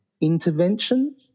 Intervention